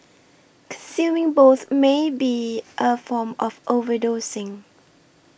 consuming both may be a form of overdosing